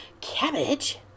Cabbage